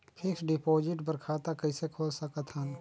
Fixed deposit बर खाता कइसे खोल सकत हन?